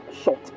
short